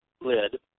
lid